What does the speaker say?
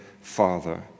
father